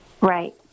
Right